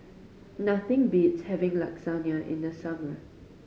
nothing beats having Lasagna in the summer